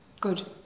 Good